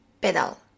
pedal